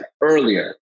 earlier